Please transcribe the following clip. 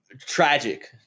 tragic